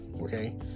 okay